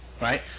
right